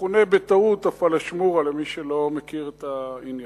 שמכונה בטעות הפלאשמורה, למי שלא מכיר את העניין.